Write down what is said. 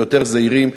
ויותר זהירים,